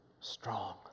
strong